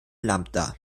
lambda